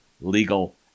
legal